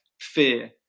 fear